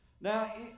Now